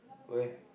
where